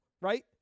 right